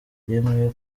yemeye